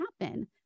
happen